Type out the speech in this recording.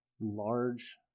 large